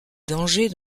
danger